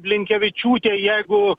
blinkevičiūtė jeigu